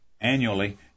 annually